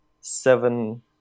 seven